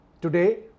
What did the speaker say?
Today